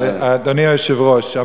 אדוני היושב-ראש,